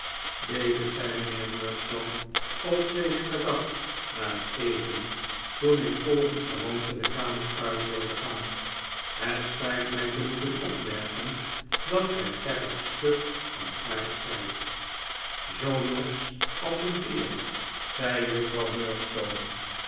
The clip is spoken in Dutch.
david zei mijnheer murdstone op zekeren dag na het eten toen ik volgens gewoonte de kamer uit wilde gaan het spijt mij te moeten opmerken dat gij erg stug van aard zijt zoo norsch als een beer zei juffrouw